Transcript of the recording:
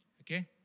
Okay